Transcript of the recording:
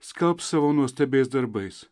skelbs savo nuostabiais darbais